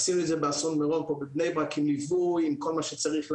עשינו את זה באסון מירון פה בבני ברק עם ליווי וכל מה שצריך לעשות.